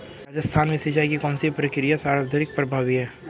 राजस्थान में सिंचाई की कौनसी प्रक्रिया सर्वाधिक प्रभावी है?